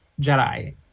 Jedi